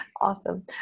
Awesome